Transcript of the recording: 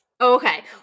Okay